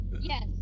yes